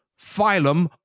Phylum